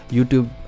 YouTube